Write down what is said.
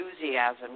enthusiasm